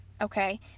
okay